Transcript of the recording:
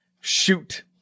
Shoot